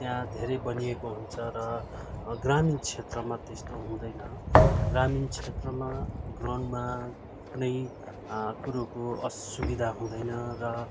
त्यहाँ धेरै बनिएको हुन्छ र ग्रामीण क्षेत्रमा त्यस्तो हुँदैन ग्रामीण क्षेत्रमा ग्राउन्डमा कुनै पनि कुरोको असुविधा हुँदैन र